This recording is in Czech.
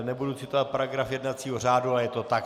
Nebudu citovat paragraf jednacího řádu, ale je to tak.